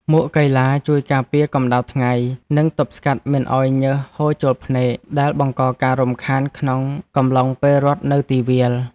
មួកកីឡាជួយការពារកម្ដៅថ្ងៃ និងទប់ស្កាត់មិនឱ្យញើសហូរចូលភ្នែក ដែលបង្កការរំខានក្នុងកំឡុងពេលរត់នៅទីវាល។